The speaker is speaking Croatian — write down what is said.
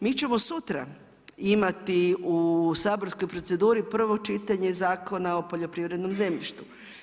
Mi ćemo sutra imati u saborskoj proceduri prvo čitanje Zakona o poljoprivrednom zemljištu.